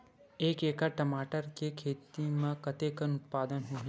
एक एकड़ टमाटर के खेती म कतेकन उत्पादन होही?